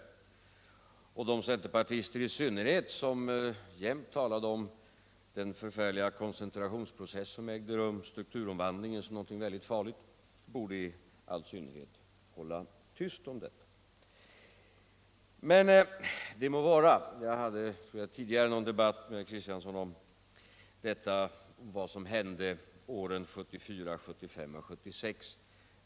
I synnerhet de centerpartister som jämt talade om den förfärliga koncentrationsprocessen och betraktade strukturomvandlingen såsom något väldigt farligt borde hålla tyst om detta. Det må vara. Jag har tidigare haft en debatt med Axel Kristiansson om vad som hände åren 1974-1976.